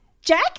Jack